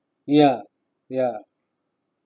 ya ya